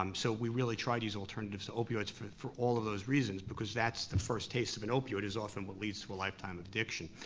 um so we really try to use alternatives to opioids for for all of those reasons because that's the first taste of an opioid is often what leads to a lifetime of addiction.